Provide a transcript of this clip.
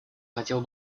хотел